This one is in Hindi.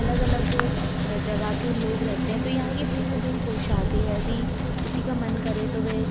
अलग अलग जगह के लोग रहते हैं तो यहाँ की भिन्न भिन्न पोशाक है यदि किसी का मन करें तो वह